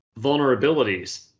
vulnerabilities